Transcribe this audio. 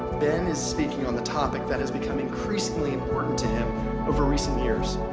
ben is speaking on the topic that has become increasingly important to him over recent years.